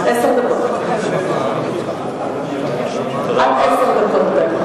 כבוד היושבת-ראש,